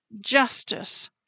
justice